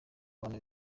abana